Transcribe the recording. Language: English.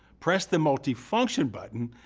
press the multi-function button,